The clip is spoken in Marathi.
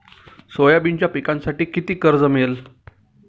सोयाबीनच्या पिकांसाठी किती कर्ज मिळेल?